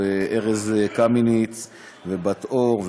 ארז קמיניץ ובת-אור,